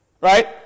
right